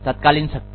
तात्कालिक शक्ति